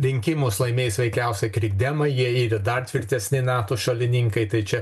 rinkimus laimės veikiausiai krikdemai jie yra dar tvirtesni nato šalininkai tai čia